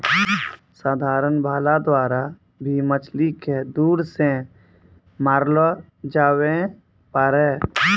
साधारण भाला द्वारा भी मछली के दूर से मारलो जावै पारै